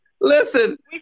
listen